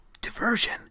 Diversion